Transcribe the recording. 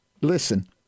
listen